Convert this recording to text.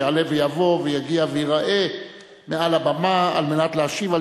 שיעלה ויבוא ויגיע וייראה מעל הבמה על מנת להשיב על